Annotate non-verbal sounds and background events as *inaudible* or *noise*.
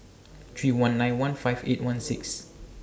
three one nine one five eight one *noise* six